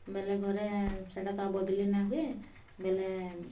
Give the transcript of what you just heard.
ବେଲେ ଘରେ ସେଟା ତ ଆଉ ବଦ୍ଲେଇ ନା ହୁଏ ବେଲେ